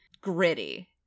gritty